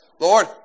Lord